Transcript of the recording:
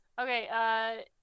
Okay